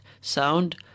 sound